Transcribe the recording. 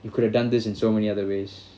you could have done this in so many other ways